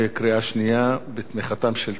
בתמיכתם של 19 חברי כנסת,